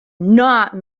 not